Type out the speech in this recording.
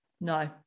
no